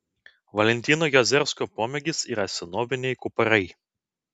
valentino jazersko pomėgis yra senoviniai kuparai